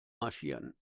marschieren